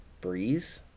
Breeze